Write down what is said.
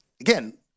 again